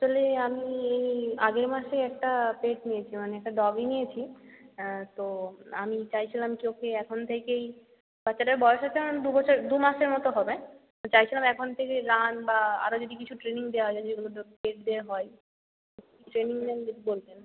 আসলে আমি এই আগের মাসে একটা পেট নিয়েছি মানে একটা ডগি নিয়েছি তো আমি চাইছিলাম কি ওকে এখন থেকেই বাচ্চাটার বয়স হচ্ছে এখন দু বছর দু মাসের মতো হবে তো চাইছিলাম এখন থেকেই রান বা আরো যদি কিছু ট্রেনিং দেওয়া যায় যেগুলো তো পেটদের হয় ট্রেনিং ম্যাম যদি বলতেন